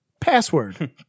password